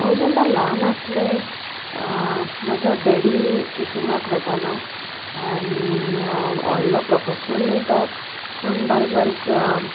हांव जेन्ना ल्हान आसलें म्हजो डेडी फिशिंगाक वेतालो आनी व्हडलो प्रोफेशनल न्हय तो पूण बारीक बारीक